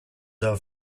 are